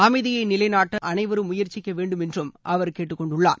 அமைதியை நிலைநாட்ட அனைவரும் முயற்சிக்க வேண்டுமென்றும் அவர் கேட்டுக்கொண்டுள்ளார்